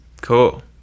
Cool